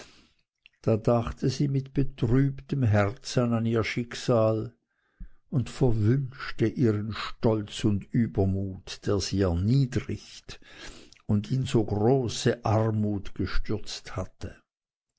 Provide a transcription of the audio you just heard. da dachte sie mit betrübtem herzen an ihr schicksal und verwünschte ihren stolz und übermut der sie erniedrigt und in so große armut gestürzt hatte